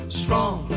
strong